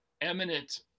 eminent